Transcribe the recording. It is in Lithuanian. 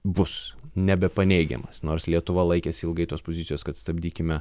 bus nebepaneigiamas nors lietuva laikėsi ilgai tos pozicijos kad stabdykime